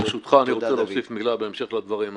ברשותך, אני רוצה להגיד משהו בהמשך לדברים האלה.